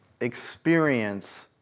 experience